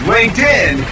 LinkedIn